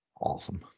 Awesome